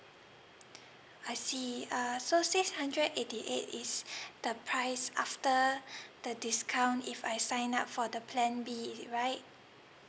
I see uh so six hundred eighty eight is the price after the discount if I sign up for the plan B is it right